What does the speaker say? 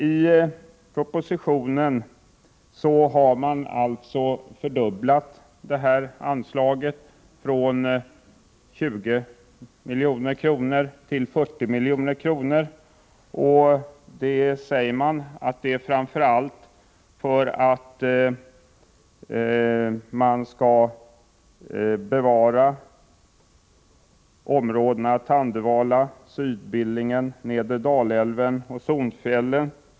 I propositionen föreslås alltså att anslaget fördubblas, från 20 milj.kr. till 40 milj.kr. Avsikten sägs framför allt vara den att man vill bevara områdena Tandövala, Syd-Billingen, nedre Dalälven och Sånfjället.